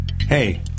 Hey